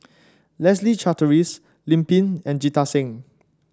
Leslie Charteris Lim Pin and Jita Singh